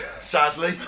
Sadly